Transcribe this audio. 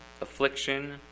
affliction